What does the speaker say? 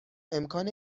امکان